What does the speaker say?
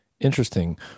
Interesting